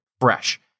Fresh